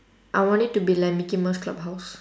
I want it to be like mickey mouse clubhouse